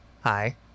Hi